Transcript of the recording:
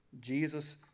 Jesus